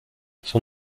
son